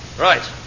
right